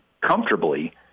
comfortably